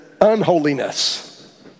unholiness